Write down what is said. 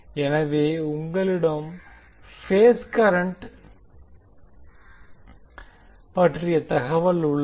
எனவே உங்களிடம் phase current பற்றிய தகவல் உள்ளது